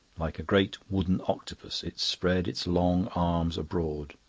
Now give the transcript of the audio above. like a great wooden octopus, it spread its long arms abroad.